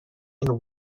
and